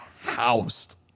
housed